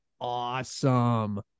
awesome